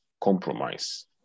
Compromise